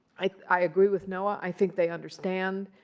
i i agree with noah. i think they understand